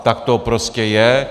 Tak to prostě je.